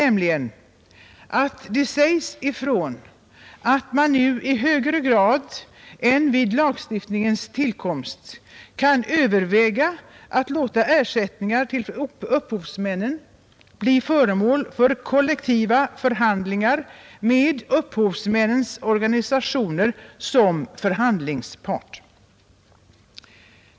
Det säges där ifrån att man nu i högre grad än vid lagstiftningens tillkomst kan överväga att låta ersättningar till upphovsmännen bli föremål för kollektiva förhandlingar med upphovsmännens organisationer som förhandlingsparter.